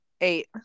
Eight